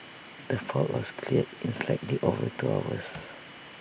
the fault was cleared in slightly over two hours